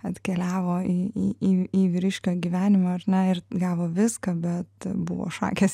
atkeliavo į į į į vyriškio gyvenimą ar ne ir gavo viską bet buvo šakės